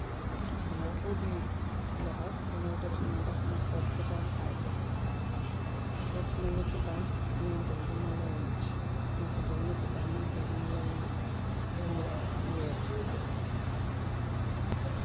Nga footi loxo, damay def suma ndox ma xooj ba pare xaay teg. Root sama netti paan, ñeenteel bi ma layandi ci. Su ma fetee ñetti paan, neenteel bi ma layandi bulo, weer.